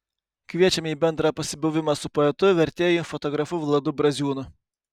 kviečiame į bendrą pasibuvimą su poetu vertėju fotografu vladu braziūnu